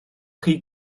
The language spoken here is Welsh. chi